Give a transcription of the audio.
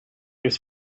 ist